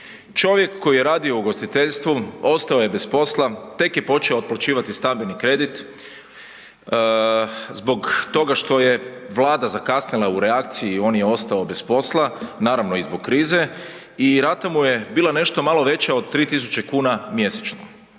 Čovjek koji je radio u ugostiteljstvu ostao je bez posla, tek je počeo otplaćivati stambeni kredit zbog toga što je Vlada zakasnila u reakciji on je ostao bez posla, naravno i zbog krize i rata mu je bila nešto malo veća od 3.000 kuna mjesečno.